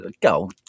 go